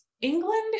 England